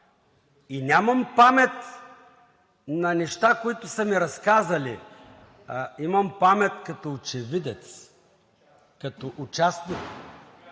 И нямам памет за неща, които са ми разказали, а имам памет като очевидец, като участник,